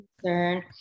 concern